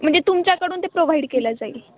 म्हणजे तुमच्याकडून ते प्रोव्हाइड केला जाईल